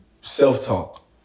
self-talk